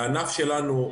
הענף שלנו,